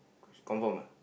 she confirm ah